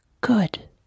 good